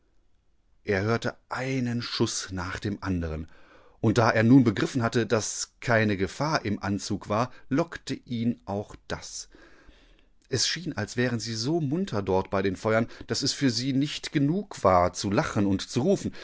er hörte einen schuß nach dem anderen und da er nun begriffen hatte daß keine gefahr im anzug war lockte ihn auch das es schien als wären sie so munter dort bei den feuern daß es für sie nicht genug war zu lachenundzurufen